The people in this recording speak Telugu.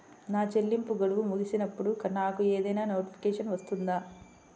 నా చెల్లింపు గడువు ముగిసినప్పుడు నాకు ఏదైనా నోటిఫికేషన్ వస్తుందా?